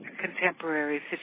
contemporary